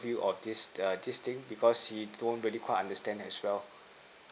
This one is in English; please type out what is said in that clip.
of this err this thing because he don't really quite understand as well